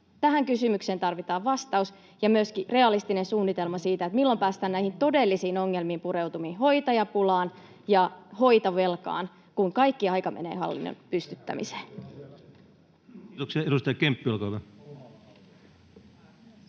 Tähän kysymykseen tarvitaan vastaus ja myöskin realistinen suunnitelma siitä, milloin päästään näihin todellisiin ongelmiin pureutumaan, hoitajapulaan ja hoitovelkaan, kun kaikki aika menee hallinnon pystyttämiseen. Kiitoksia. — Edustaja Kemppi, olkaa hyvä.